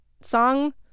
Song